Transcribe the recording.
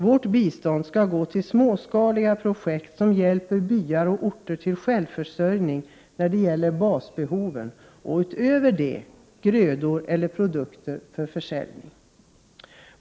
Vårt bistånd skall gå till småskaliga projekt som hjälper byar och orter till självförsörjning när det gäller basbehoven och utöver det grödor eller produkter för försäljning.